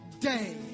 day